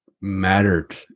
mattered